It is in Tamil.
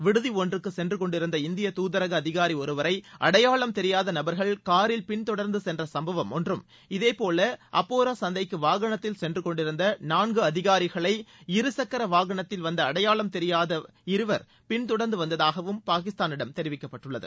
விடுதி ஒன்றுக்கு சென்றுகொண்டிருந்த இந்திய தூதரக அதிகாரி ஒருவரை அடையாளம் தெரியாத நபர்கள் காரில் பின்தொடர்ந்து சென்ற சம்பவம் ஒன்றும் இதேபோல் அப்போரா சந்தைக்கு வாகளத்தில் சென்றுகொண்டிருந்த நான்கு அதிகாரிகளை இருக்கர வாகனத்தில் வந்த அடையாளம் தெரியாத இருவர் பின்தொடர்ந்து வந்ததாகவும் பாகிஸ்தானிடம் தெரிவிக்கப்பட்டுள்ளது